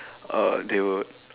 err they would